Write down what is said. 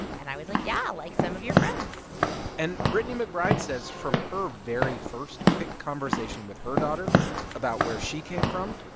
and i was like, yeah, like some of your friends and brittany mcbride says from her very first quick conversation with her daughter about where she came from,